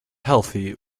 healthy